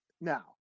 Now